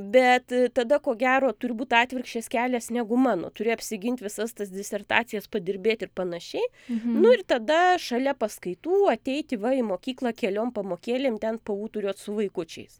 bet tada ko gero turi būt atvirkščias kelias negu mano turi apsigint visas tas disertacijas padirbėt ir panašiai nu ir tada šalia paskaitų ateiti va į mokyklą keliom pamokėlėm ten paūturiuot su vaikučiais